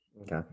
Okay